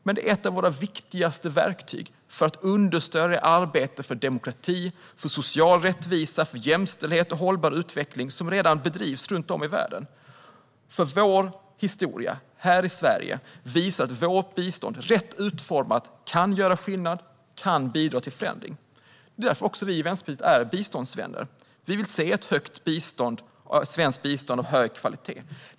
Men det är ett av våra viktigaste verktyg för att understödja arbetet för demokrati, social rättvisa, jämställdhet och hållbar utveckling som redan bedrivs runt om i världen. För vår historia här i Sverige visar att vårt bistånd rätt utformat kan göra skillnad och kan bidra till förändring. Det är därför som vi i Vänsterpartiet är biståndsvänner. Vi vill se ett stort svenskt bistånd av hög kvalitet.